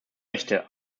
rechte